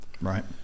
right